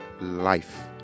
life